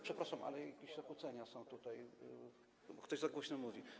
Przepraszam, ale jakieś zakłócenia są tutaj, ktoś za głośno mówi.